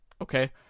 Okay